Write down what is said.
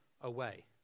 away